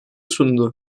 sundu